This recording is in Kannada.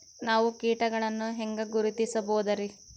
ನಾವು ಕೀಟಗಳನ್ನು ಹೆಂಗ ಗುರುತಿಸಬೋದರಿ?